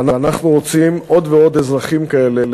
ואנחנו רוצים עוד ועוד אזרחים כאלה,